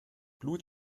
blut